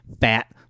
fat